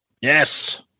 Yes